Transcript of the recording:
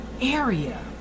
area